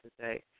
today